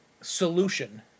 solution